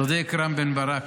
צודק רם בן ברק,